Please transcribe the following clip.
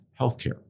healthcare